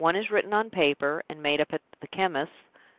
one is written on paper, and made up at the chemist's.